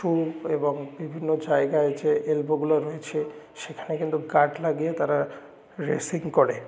shoe এবং বিভিন্ন জায়গায় যে এলবোগুলো রয়েছে সেখানে কিন্তু গার্ড লাগিয়ে তারা রেসিং করে